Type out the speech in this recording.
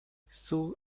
sue